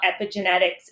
epigenetics